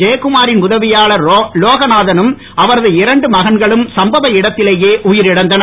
ஜெயக்குமாரின் உதவியாளர் லோகநாதனும் அவரது இரண்டு மகன்களும் சம்பவ இடத்திலேயே உயிரிழந்தனர்